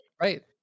right